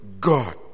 God